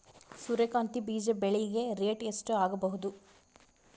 ಸೂರ್ಯ ಕಾಂತಿ ಬೀಜ ಬೆಳಿಗೆ ರೇಟ್ ಎಷ್ಟ ಆಗಬಹುದು?